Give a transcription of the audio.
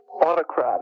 Autocratic